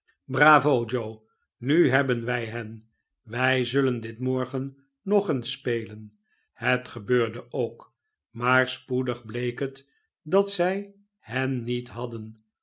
bravo joe nu hebben wij hen wij zullen dit morgen nog eens spelen het gebeurde ook maar spoedig bleek het dat zij hen niet hadden